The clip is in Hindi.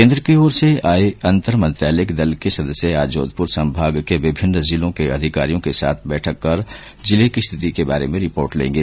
केन्द्र की ओर से आये अंतर मंत्रालयिक दल के सदस्य आज जोधपुर संभाग के विभिन्न जिलों के अधिकारियों के साथ बैठक कर जिले की स्थिति के बारे में रिपोर्ट लेंगे